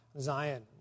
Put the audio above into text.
Zion